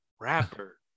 rapper